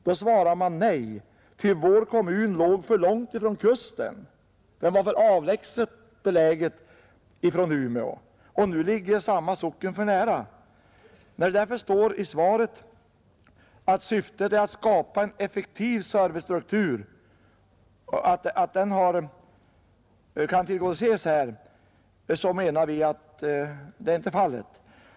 Då svarade man nej, ty vår kommun låg för långt ifrån kusten. Den var för avlägset belägen från Umeå. Nu ligger samma socken för nära. När det står i svaret att syftet ”att skapa en effektiv servicestruktur” kunde tillgodoses här, menar vi att så inte är fallet.